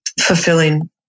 fulfilling